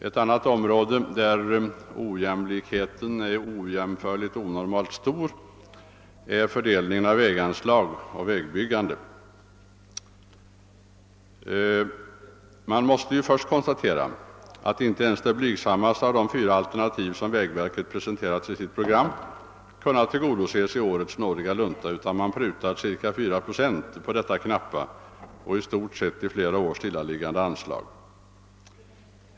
Ett annat område där ojämlikheten är ojämförligt onormalt stor är fördelningen av anslag till vägbyggande. Man måste först konstatera att inte ens det blygsammaste av de fyra alternativ som vägverket presenterat i sitt program kunnat tillgodoses i årets nådiga lunta utan att man prutat cirka 5 procent på detta knappa och i stort sett i flera år stillaliggande anslag.